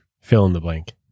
fill-in-the-blank